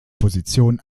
position